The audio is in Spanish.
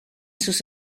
sus